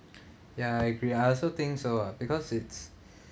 ya I agree I also think so ah because it's